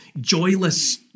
joyless